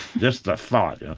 just the thought, yeah